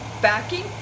backing